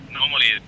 normally